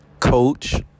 coach